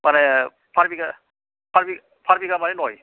मानि फार बिघा फार बिघा फार बिघा मानि नय